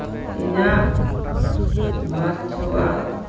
ᱤᱧᱟᱹᱜ ᱵᱷᱟᱨᱪᱩᱣᱟᱞ